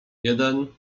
jeden